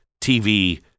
TV